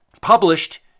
published